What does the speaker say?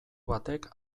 batek